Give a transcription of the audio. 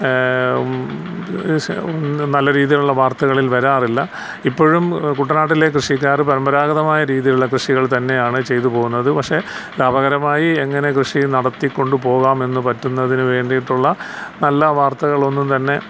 നല്ല രീതിയിലുള്ള വാർത്തകളിൽ വരാറില്ല ഇപ്പോഴും കുട്ടനാട്ടിലെ കൃഷിക്കാർ പരമ്പരാഗതമായ രീതിയിലുള്ള കൃഷികൾ തന്നെയാണ് ചെയ്തുപോകുന്നത് പക്ഷേ ലാഭകരമായി എങ്ങനെ കൃഷി നടത്തിക്കൊണ്ട് പോകാമെന്ന് പറ്റുന്നതിന് വേണ്ടിയിട്ടുള്ള നല്ല വാർത്തകളൊന്നും തന്നെ